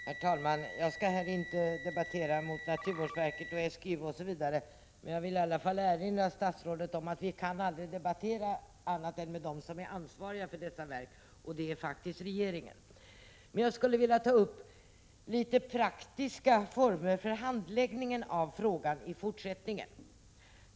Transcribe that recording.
Herr talman! Jag skall här inte debattera mot naturvårdsverket, SGU osv. — jag vill erinra statsrådet om att vi aldrig kan debattera med andra än dem som är ansvariga för dessa verk, och det är regeringen. Jag skulle vilja ta upp några praktiska former för handläggningen av frågan i fortsättningen.